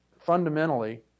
fundamentally